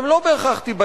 אבל הן לא בהכרח עכשיו.